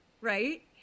right